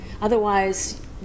otherwise